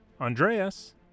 Andreas